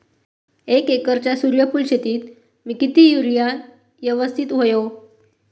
एक एकरच्या सूर्यफुल शेतीत मी किती युरिया यवस्तित व्हयो?